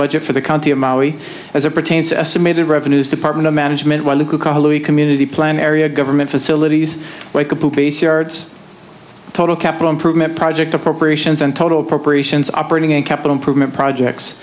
budget for the county of maui as it pertains to estimated revenues department of management while the community plan area government facilities based yards total capital improvement project appropriations and total appropriations operating in capital improvement projects